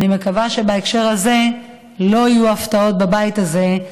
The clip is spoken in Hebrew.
אני מקווה שבהקשר הזה לא יהיו הפתעות בבית הזה,